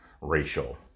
racial